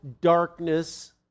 darkness